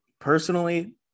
personally